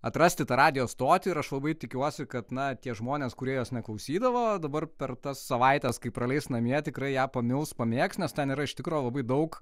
atrasti tą radijo stotį ir aš labai tikiuosi kad na tie žmonės kurie jos neklausydavo dabar per tas savaites kai praleis namie tikrai ją pamils pamėgs nes ten yra iš tikro labai daug